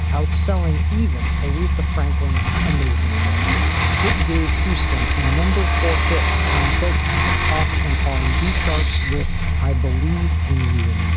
outselling even aretha franklin's amazing grace it gave houston a number for hit on both the pop and r and b charts with i believe in you and me